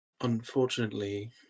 unfortunately